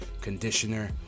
Conditioner